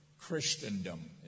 Christendom